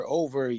over